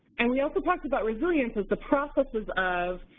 and we also talked about resilience as the processes of,